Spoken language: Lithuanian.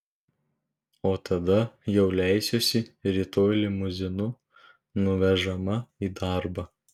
o tada jau leisiuosi rytoj limuzinu nuvežama į darbą